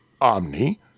Omni